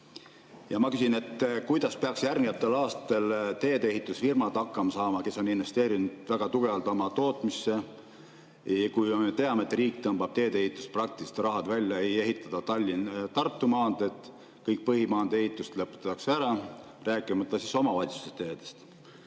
Ma küsin, kuidas peaks järgnevatel aastatel teedeehitusfirmad hakkama saama. Nad on investeerinud väga tugevalt oma tootmisse, aga me teame, et riik tõmbab teedeehitusest praktiliselt raha välja, ei ehita Tallinna–Tartu maanteed, kõik põhimaanteede ehitused lõpetatakse ära, rääkimata omavalitsuste teedest.